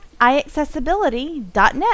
iAccessibility.net